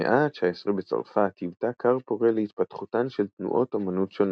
המאה ה-19 בצרפת היוותה כר פורה להתפתחותן של תנועות אמנות שונות.